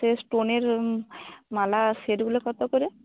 সে স্টোনের মালা সেটগুলো কতো করে